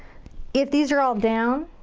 if these are all down,